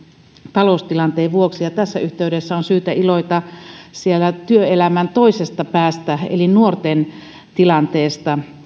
taloustilanteen vuoksi ja tässä yhteydessä on syytä iloita työelämän toisesta päästä eli nuorten tilanteesta